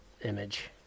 image